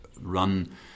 run